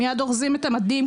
מייד אורזים את המדים,